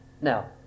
Now